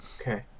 okay